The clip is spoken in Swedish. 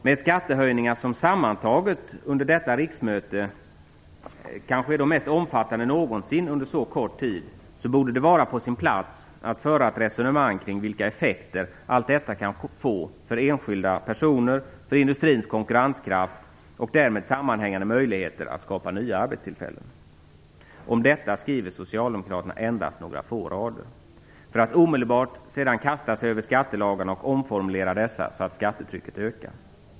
Med skattehöjningar som sammantaget under detta riksmöte är de kanske mest omfattande någonsin under så kort tid borde det vara på sin plats att föra ett resonemang kring vilka effekter allt detta kan tänkas få för enskilda personer, för industrins konkurrenskraft och därmed sammanhängande möjligheter att skapa nya arbetstillfällen. Om detta skriver socialdemokraterna endast några få rader, för att omedelbart sedan kasta sig över skattelagarna och omformulera dessa så att skattetrycket ökar.